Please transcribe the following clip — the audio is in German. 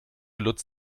lutz